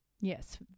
Yes